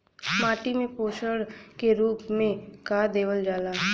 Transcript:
माटी में पोषण के रूप में का देवल जाला?